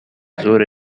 ظهر